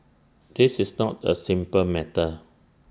this is not A simple matter